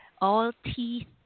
all-teeth